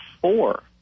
four